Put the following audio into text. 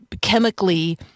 chemically